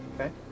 Okay